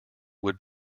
would